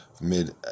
mid